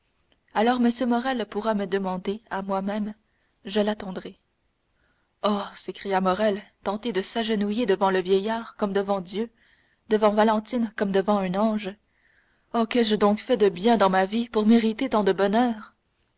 alors m morrel pourra me demander à moi-même je l'attendrai oh s'écria morrel tenté de s'agenouiller devant le vieillard comme devant dieu devant valentine comme devant un ange oh qu'ai-je donc fait de bien dans ma vie pour mériter tant de bonheur